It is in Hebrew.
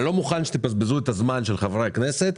אני לא מוכן שתבזבזו את הזמן של חברי הכנסת,